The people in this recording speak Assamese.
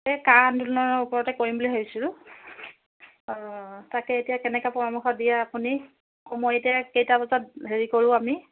এই কা আন্দোলনৰ ওপৰতে কৰিম বুলি ভাবিছিলোঁ অঁ তাকে এতিয়া কেনেকৈ পৰামৰ্শ দিয়ে আপুনি কুমৈতে কেইটা বজাত হেৰি কৰোঁ আমি